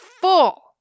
full